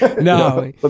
no